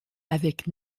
avec